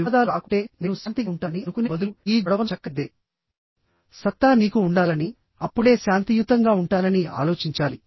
వివాదాలు రాకుంటే నేను శాంతిగా ఉంటానని అనుకునే బదులు ఈ గొడవను చక్కదిద్దే సత్తా నీకు ఉండాలని అప్పుడే శాంతియుతంగా ఉంటానని ఆలోచించాలి